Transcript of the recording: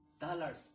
dollars